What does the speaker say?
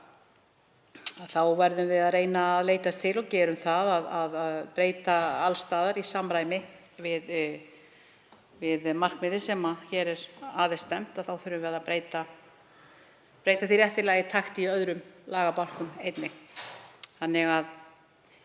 Þá verðum við að reyna að leitast við, og gerum það, að breyta alls staðar í samræmi við markmiðin sem að er stefnt. Þá þurfum við að breyta því réttilega í takt í öðrum lagabálkum einnig. Í 2.